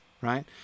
right